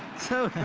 so